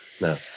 no